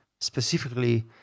specifically